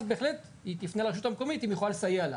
אז בהחלט היא תפנה לרשות המקומית אם היא יכולה לסייע.